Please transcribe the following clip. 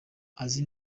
azi